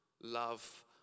love